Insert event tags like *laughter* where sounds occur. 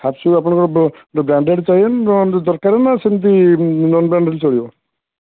ଆସିବ ଆପଣଙ୍କର ବ୍ରାଣ୍ଡେଡ଼୍ *unintelligible* ଦରକାର ନା ସେମତି ନନ୍ ବ୍ରାଣ୍ଡେଡ଼୍ *unintelligible* ଚଳିବ